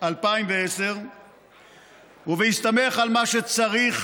2010 ובהסתמך על מה שמצריך